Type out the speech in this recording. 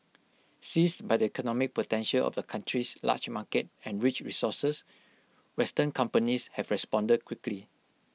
seized by the economic potential of the country's large market and rich resources western companies have responded quickly